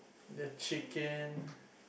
their chicken